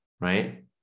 Right